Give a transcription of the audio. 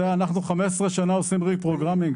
זה אנחנו 15 שנה עושים Reprogramming,